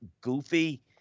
goofy